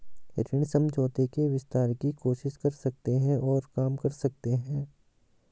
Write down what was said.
ऋण समझौते के विस्तार की कोशिश कर सकते हैं और काम कर सकते हैं